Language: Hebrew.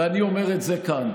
ואני אומר את זה כאן: